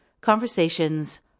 conversations